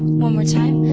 more time.